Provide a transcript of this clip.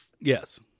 Yes